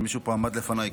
מישהו עמד כאן לפניי,